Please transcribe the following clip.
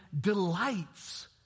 delights